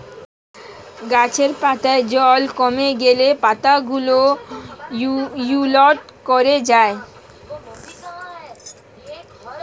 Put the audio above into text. গাছের পাতায় জল কমে গেলে পাতাগুলো উইল্ট করে যায়